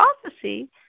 prophecy